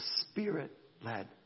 Spirit-led